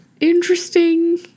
Interesting